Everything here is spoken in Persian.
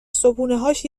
صبحونههاش